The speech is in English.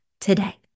today